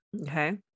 Okay